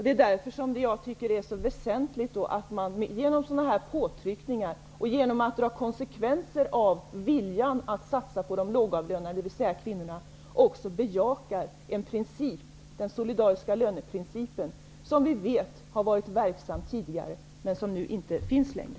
Det är därför som jag tycker att det är så väsentligt att man genom påtryckningar och genom att dra konsekvenser av viljan att satsa på de lågavlönade, dvs. kvinnorna, också bejakar en princip -- den solidariska lönepolitiken, som har varit verksam tidigare men som nu inte finns längre.